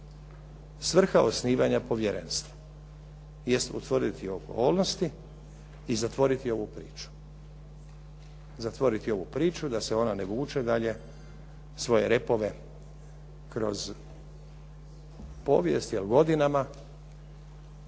Svrha osnivanja povjerenstva jest utvrditi okolnosti i zatvoriti ovu priču, zatvoriti ovu priču da se ona ne vuče dalje svoje repove kroz povijest jer godinama